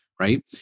Right